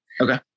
Okay